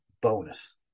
bonus